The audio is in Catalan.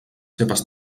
seves